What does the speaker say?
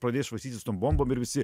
pradės švaistytis tom bombom ir visi